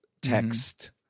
text